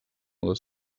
les